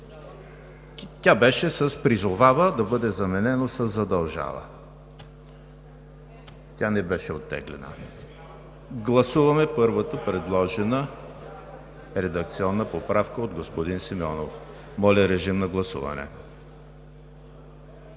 Тя беше „призовава“ да бъде заменено със „задължава“. Тя не беше оттеглена. Гласуваме първата предложена редакционна поправка от господин Симеонов. Гласували